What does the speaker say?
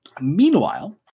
meanwhile